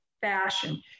fashion